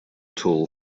tool